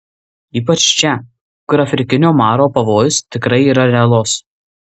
ypač čia kur afrikinio maro pavojus tikrai yra realus